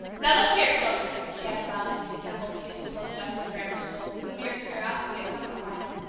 now, look here, children, she added loudly to the assembled pupils of the weston grammar school, whom mere curiosity had somewhat quieted,